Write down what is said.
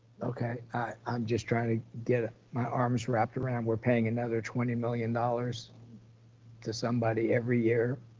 okay i'm just trying to get my arms wrapped around, we're paying another twenty million dollars to somebody every year,